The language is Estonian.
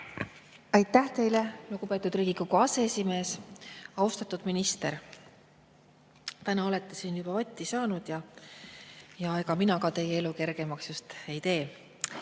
Aitäh teile, lugupeetud Riigikogu aseesimees! Austatud minister! Te täna olete siin juba vatti saanud ja ega mina ka teie elu vist kergemaks ei tee.